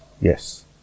Yes